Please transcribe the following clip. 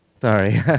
Sorry